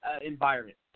environment